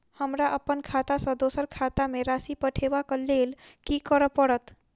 हमरा अप्पन खाता सँ दोसर केँ खाता मे राशि पठेवाक लेल की करऽ पड़त?